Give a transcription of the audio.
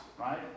right